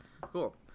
Cool